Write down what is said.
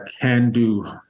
can-do